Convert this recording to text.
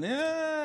שנייה.